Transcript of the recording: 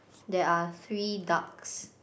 there are three ducks